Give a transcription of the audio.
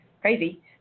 crazy